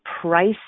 price